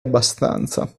abbastanza